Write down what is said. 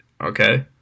okay